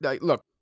Look